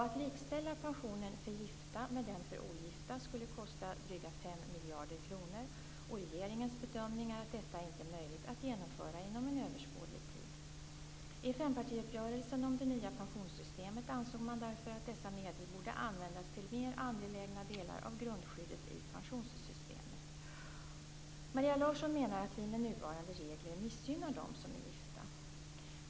Att likställa pensionen för gifta med den för ogifta skulle kosta dryga 5 miljarder kronor, och regeringens bedömning är att detta inte är möjligt att genomföra inom överskådlig tid. I fempartiuppgörelsen om det nya pensionssystemet ansåg man därför att dessa medel borde användas till mer angelägna delar av grundskyddet i pensionssystemet. Maria Larsson menar att vi med nuvarande regler missgynnar dem som är gifta.